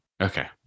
okay